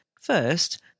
first